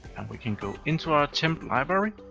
and we can go into our temp library,